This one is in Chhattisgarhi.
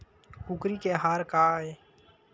कुकरी के आहार काय?